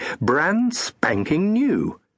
brand-spanking-new